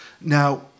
Now